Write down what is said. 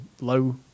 low